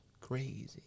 crazy